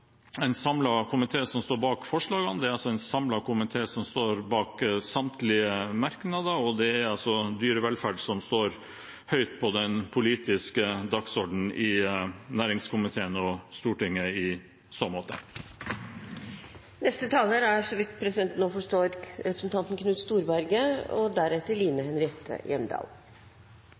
en samlet komité som står bak forslagene til vedtak. Det er altså en samlet komité som står bak samtlige merknader, og det er dyrevelferd som står høyt på den politiske dagsordenen i næringskomiteen og i Stortinget i så måte. Det er all grunn til å være svært begeistret over at en samlet komité – og